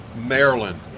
Maryland